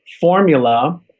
formula